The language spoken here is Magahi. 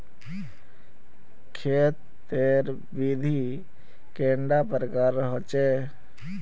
खेत तेर विधि कैडा प्रकारेर होचे?